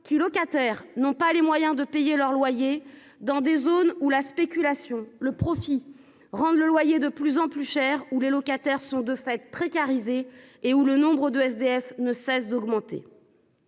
qui locataires n'ont pas les moyens de payer leur loyer dans des zones où la spéculation le profit rendent le loyer de plus en plus cher ou les locataires sont de fait précarisée et où le nombre de SDF ne cesse d'augmenter.